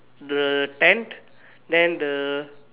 the tenth then the